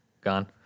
Gone